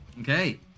okay